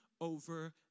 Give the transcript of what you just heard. over